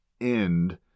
end